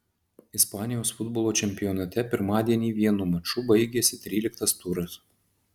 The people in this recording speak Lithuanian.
ispanijos futbolo čempionate pirmadienį vienu maču baigėsi tryliktas turas